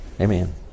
Amen